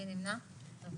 מי נמנע?